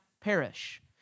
perish